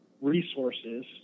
resources